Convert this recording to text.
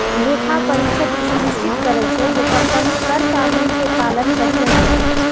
लेखा परीक्षक ई सुनिश्चित करै छै, जे कंपनी कर कानून के पालन करि रहल छै